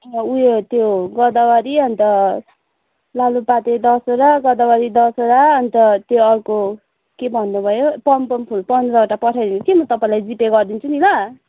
उयो त्यो गोदावरी अन्त लालुपाते दसवटा गोदावरी दसवटा अन्त त्यो अर्को के भन्नुभयो पमपम फुल पन्ध्रवटा पठाई दिनुहोस् कि म तपाईँलाई जिपे गरिदिन्छु नि ल